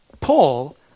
Paul